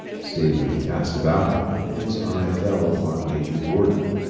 stavely cast about him, and his eye fell upon major gordon,